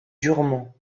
durement